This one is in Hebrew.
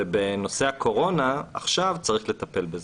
כעת בתקופת הקורונה צריך עכשיו לטפל בזה.